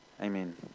Amen